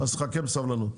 אז חכה בסבלנות.